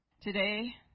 Today